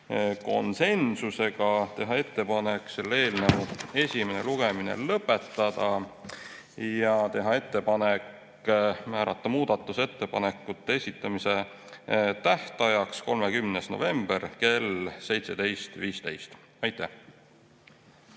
konsensusega otsuse teha ettepanek selle eelnõu esimene lugemine lõpetada ja teha ettepanek määrata muudatusettepanekute esitamise tähtajaks 30. november kell 17.15. Aitäh!